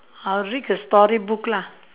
I'll read a storybook lah